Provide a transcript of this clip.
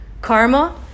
karma